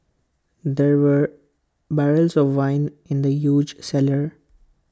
there were barrels of wine in the huge cellar